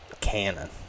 cannon